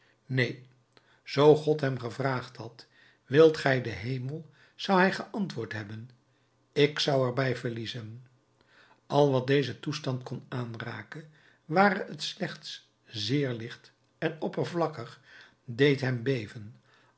neen zoo god hem gevraagd had wilt gij den hemel zou hij geantwoord hebben ik zou er bij verliezen al wat dezen toestand kon aanraken ware het slechts zeer licht en oppervlakkig deed hem beven